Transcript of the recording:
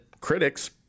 critics